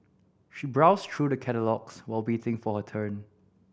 she browsed through the catalogues while waiting for her turn